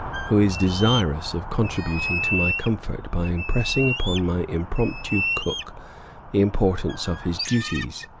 who is desirous of contributing to my comfort by impressing upon my impromptu cook the importance of his duties.